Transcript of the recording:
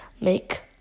Make